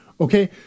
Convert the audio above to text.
Okay